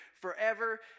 forever